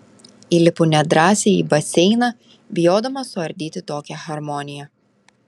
įlipu nedrąsiai į baseiną bijodama suardyti tokią harmoniją